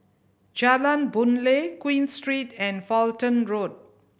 Jalan Boon Lay Queen Street and Fulton Road